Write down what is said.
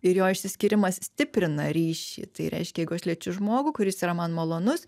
ir jo išsiskyrimas stiprina ryšį tai reiškia jeigu aš liečiu žmogų kuris yra man malonus